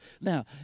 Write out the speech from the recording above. Now